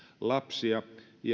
lapsia